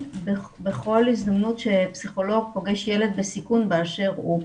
בכל הזדמנות שפסיכולוג פוגש ילד בסיכון באשר הוא.